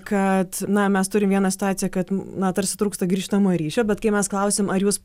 kad na mes turim vieną situaciją kad na tarsi trūksta grįžtamojo ryšio bet kai mes klausėm ar jūs